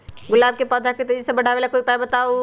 गुलाब के पौधा के तेजी से बढ़ावे ला कोई उपाये बताउ?